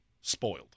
spoiled